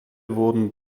wurden